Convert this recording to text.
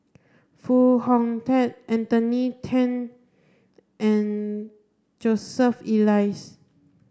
Foo Hong Tatt Anthony Then and Joseph Elias